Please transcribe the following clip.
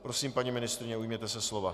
Prosím, paní ministryně, ujměte se slova.